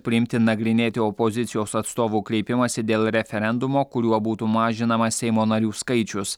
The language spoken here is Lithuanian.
priimti nagrinėti opozicijos atstovų kreipimąsi dėl referendumo kuriuo būtų mažinamas seimo narių skaičius